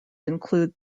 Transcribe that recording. include